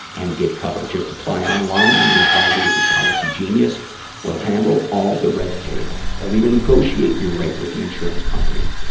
and get coverage. just apply online and the advisors at policygenius will handle all the red tape. they'll even negotiate your rate with the insurance company.